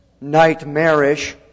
nightmarish